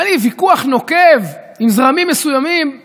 היה לי ויכוח נוקב עם זרמים מסוימים בפמיניזם,